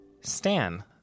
Stan